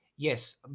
Yes